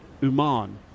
Uman